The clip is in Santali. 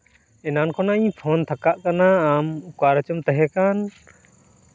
ᱮᱱᱟᱱ ᱠᱷᱚᱱᱟᱜ ᱤᱧ ᱯᱷᱳᱱ ᱛᱷᱟᱠᱟᱜ ᱠᱟᱱᱟ ᱟᱢ ᱚᱠᱟ ᱨᱮᱪᱚᱢ ᱛᱟᱦᱮᱸ ᱠᱟᱱ